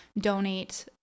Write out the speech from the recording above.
donate